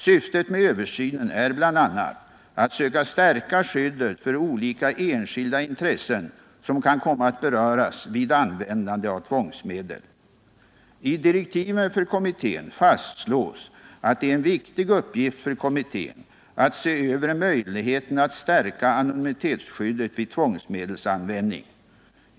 Syftet med översynen är bl.a. att söka stärka skyddet för olika enskilda intressen som kan komma att beröras vid användande av tvångsmedel. I direktiven för kommittén fastslås att det är en viktig uppgift för kommittén att se över möjligheterna att stärka anonymitetsskyddet vid tvångsmedelsanvändning.